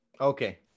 Okay